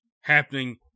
happening